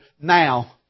now